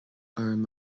orm